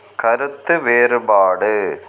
கருத்து வேறுபாடு